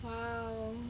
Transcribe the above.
!wow!